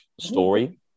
story